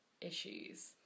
issues